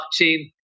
blockchain